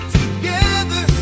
together